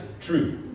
true